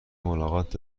ملاقات